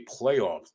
playoffs